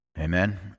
Amen